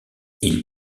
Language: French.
ils